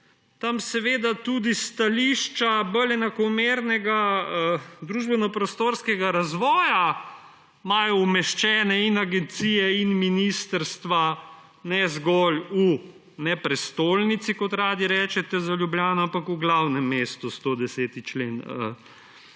Tam tudi s stališča bolj enakomernega družbeno- prostorskega razvoja imajo umeščene agencije in ministrstva ne zgolj v ne v prestolnici, kot redi rečete za Ljubljano, ampak v glavnem mestu, 110. člen